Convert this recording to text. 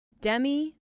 Demi